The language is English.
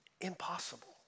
Impossible